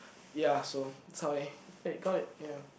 ya so Zhai eh I got it ya